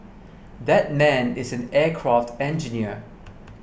that man is an aircraft engineer